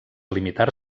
limitar